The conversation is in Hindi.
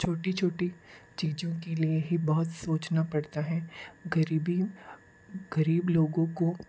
छोटी छोटी चीज़ों के लिए ही बहुत सोचना पड़ता है ग़रीबी ग़रीब लोगों को